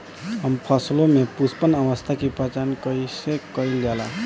हम फसलों में पुष्पन अवस्था की पहचान कईसे कईल जाला?